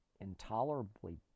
intolerably